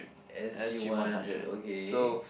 as you wondered okay